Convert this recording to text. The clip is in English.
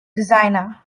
designer